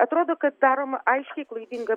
atrodo kad daroma aiškiai klaidinga